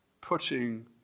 putting